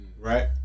right